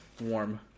warm